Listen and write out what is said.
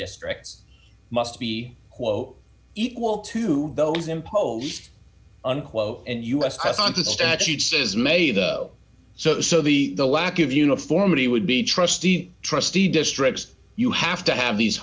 districts must be quote equal to those imposed unquote and us present a statute says may though so so the lack of uniformity would be trustee trustee districts you have to have these